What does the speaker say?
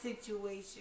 situation